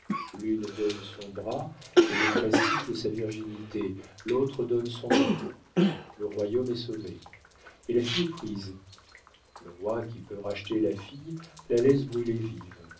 l'une donne son bras et le prestige de sa virginité l'autre donne son or le royaume est sauvé mais la fille est prise le roi qui peut racheter la fille la laisse brûler